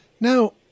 Now